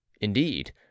Indeed